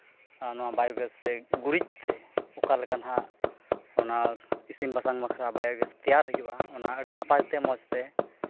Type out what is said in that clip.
ᱟᱨ ᱚᱱᱟ ᱵᱟᱭᱳᱜᱮᱥ ᱥᱮ ᱜᱩᱨᱤᱡᱽ ᱛᱮ ᱚᱠᱟᱞᱮᱠᱟ ᱦᱟᱸᱜ ᱚᱱᱟ ᱤᱥᱤᱱ ᱵᱟᱥᱟᱝ ᱵᱟᱠᱷᱨᱟ ᱵᱟᱭᱳᱜᱮᱥ ᱛᱮᱭᱟᱨ ᱦᱩᱭᱩᱜᱼᱟ ᱚᱱᱟ ᱟᱹᱰᱤ ᱱᱟᱯᱟᱭ ᱛᱮ ᱢᱚᱡᱽ ᱛᱮ